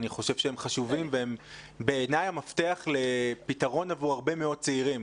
אני חושב שהם חשובים ובעיניי הם המפתח לפתרון עבור הרבה מאוד צעירים.